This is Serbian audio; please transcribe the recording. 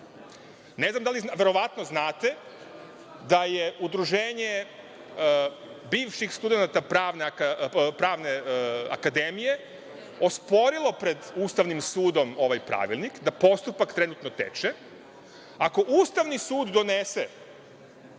izbora. Verovatno znate da je Udruženje bivših studenata Pravne akademije osporilo pred Ustavnim sudom ovaj pravilnik, da postupak trenutno teče, ako Ustavni sud donese